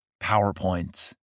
PowerPoints